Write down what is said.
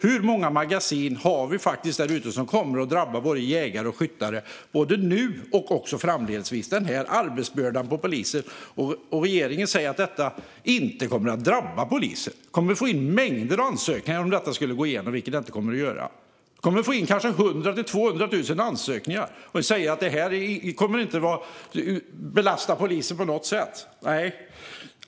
Hur många magasin har vi där ute som kommer att innebära att både jägare och skyttar drabbas? Jag tänker på arbetsbördan för polisen. Regeringen säger att detta inte kommer att drabba polisen. De kommer att få in mängder av ansökningar om detta skulle gå igenom, vilket det inte kommer att göra. De kommer att få in kanske 100 000-200 000 ansökningar, och ändå säger man att det här inte kommer att belasta polisen på något sätt.